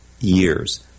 years